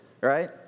right